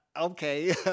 okay